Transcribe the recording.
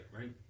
right